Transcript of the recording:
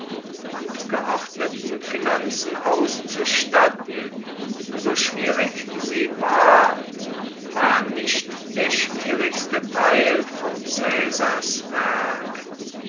und geordneten finanzen auszustatten so schwierig sie war war nicht der schwierigste teil von caesars werk